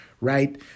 right